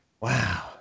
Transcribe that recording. wow